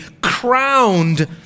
crowned